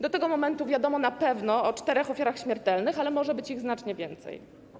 Do tego momentu wiadomo na pewno o czterech ofiarach śmiertelnych, ale może być ich znacznie więcej.